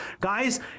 Guys